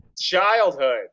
Childhood